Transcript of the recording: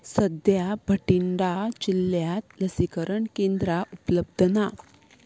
सद्या भटिंडा जिल्ल्यांत लसीकरण केंद्रां उपलब्ध ना